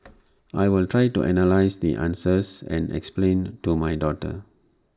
I will try to analyse the answers and explain to my daughter